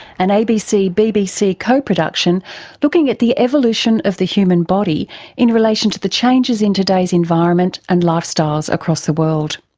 an abc-bbc abc-bbc co-production looking at the evolution of the human body in relation to the changes in today's environment and lifestyles across the world.